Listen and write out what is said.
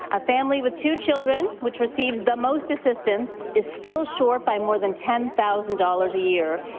a family with two children which receives the most assistance is still short by more than ten thousand dollars a year,